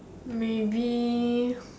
maybe